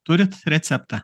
turit receptą